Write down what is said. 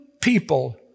people